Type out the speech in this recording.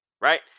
right